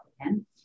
again